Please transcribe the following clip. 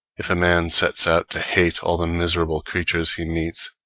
if a man sets out to hate all the miserable creatures he meets,